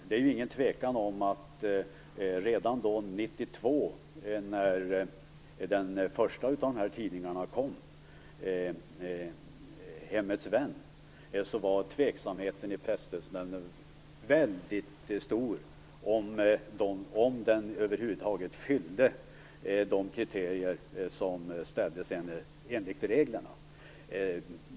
Det är inget tvivel om att redan 1992, då den första av dessa tidningar kom, nämligen Hemmets vän, var tveksamheten i Presstödsnämnden väldigt stor när det gällde om den över huvud taget fyllde de kriterier som ställdes enligt reglerna.